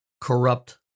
corrupt